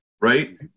right